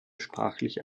sprachliche